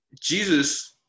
Jesus